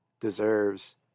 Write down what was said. deserves